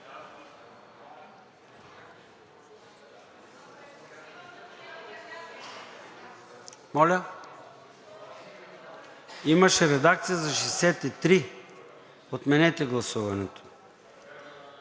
Моля? Имаше редакция за § 63. Отменете гласуването.